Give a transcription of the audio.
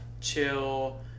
chill